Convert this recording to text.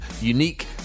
Unique